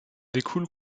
découle